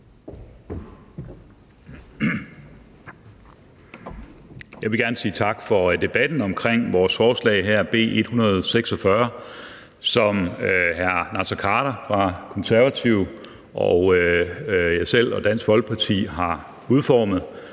Jeg vil gerne sige tak for debatten omkring vores forslag her, B 146, som hr. Naser Khader fra Konservative og jeg selv og Dansk Folkeparti har udformet